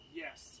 yes